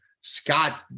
Scott